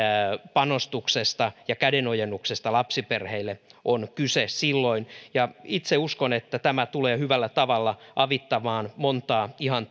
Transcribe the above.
panostuksesta ja kädenojennuksesta lapsiperheille on kyse silloin ja itse uskon että tämä tulee hyvällä tavalla avittamaan monta ihan